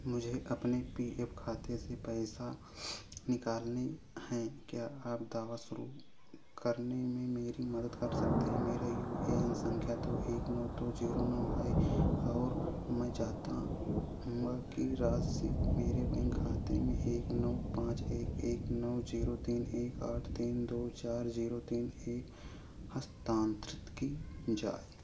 मुझे अपनी P F खाते से पैसा निकालने हैं क्या आप दावा शुरू करने में मेरी मदद कर सकते हैं मेरा यू ए एन संख्या दो एक नौ दो जीरो नौ है और मैं चाहता की राशि मेरे बैंक खाते में एक नौ पाँच एक एक नौ जीरो तीन एक आठ तीन दो चार ज़ीरो तीन एक हस्तांतरित की जा